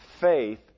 faith